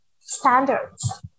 Standards